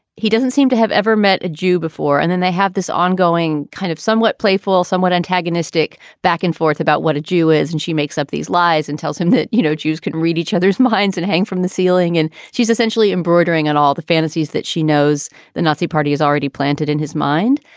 he doesn't seem to have ever met a jew before. and then they have this ongoing kind of somewhat playful, somewhat antagonistic back and forth about what a jew is. and she makes up these lies and tells him that, you know, jews can read each other's minds and hanging from the ceiling. and she's essentially embroidering and all the fantasies that she knows the nazi party has already planted in his mind.